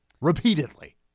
repeatedly